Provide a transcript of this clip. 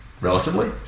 relatively